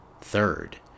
Third